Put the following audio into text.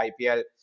IPL